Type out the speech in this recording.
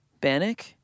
Bannock